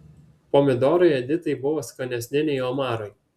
pomidorai editai buvo skanesni nei omarai